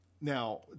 Now